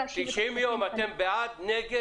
אתם בעד ה-90 יום?